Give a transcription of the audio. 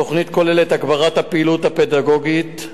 התוכנית כוללת הגברת הפעילות הפדגוגית,